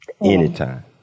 anytime